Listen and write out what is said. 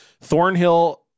Thornhill